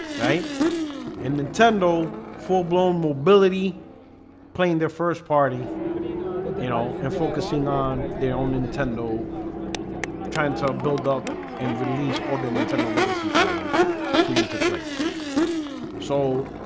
right and nintendo full-blown mobility playing their first party you know and focusing on their own nintendo trying to build up and release all the nintendo legacy titles for you to play so